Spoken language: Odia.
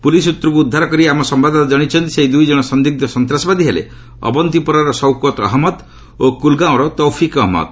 ପୁଲିସ୍ ସୂତ୍ରକୁ ଉଦ୍ଧାର କରି ଆମ ସମ୍ଭାଦଦାତା ଜଣାଇଛନ୍ତି ସେହି ଦୁଇ ଜଣ ସନ୍ଦିଗ୍ଧ ସନ୍ତାସବାଦୀ ହେଲେ ଅବନ୍ତିପୋରାର ସୌକତ ଅହମ୍ମଦ ଓ କୁଲଗାଓଁର ତୌଫିକ୍ ଅହମ୍ମଦ